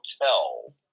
Hotel